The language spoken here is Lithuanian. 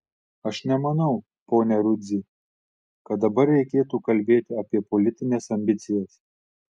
aš nemanau pone rudzy kad dabar reikėtų kalbėti apie politines ambicijas